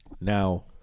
Now